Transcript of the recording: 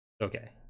Okay